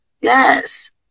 Yes